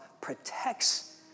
protects